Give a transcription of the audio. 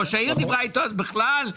ראשת העיר דיברה איתו, אז בכלל.